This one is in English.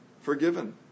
forgiven